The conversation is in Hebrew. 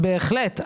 בהחלט.